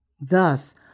Thus